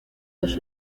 dos